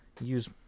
use